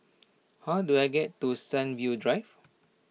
how do I get to Sunview Drive